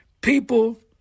people